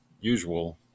usual